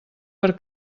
per